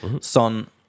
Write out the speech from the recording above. son